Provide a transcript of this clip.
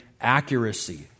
accuracy